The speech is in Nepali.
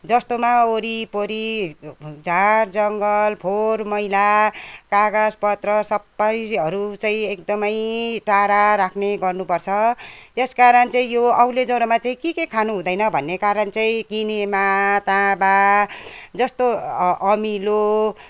जस्तोमा वरिपरि झारजङ्गल फोहोर मैला कागजपत्र सबैहरू चाहिँ एकदमै टाढा राख्ने गर्नुपर्छ त्यस कारण चाहिँ यो औले ज्वरोमा चाहिँ के के खानु हुँदैन भन्ने कारण चाहिँ किनेमा ताँबा जस्तो अमिलो